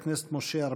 חבר הכנסת משה ארבל.